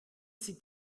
sie